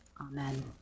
Amen